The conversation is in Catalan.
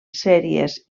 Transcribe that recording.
sèries